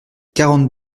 quarante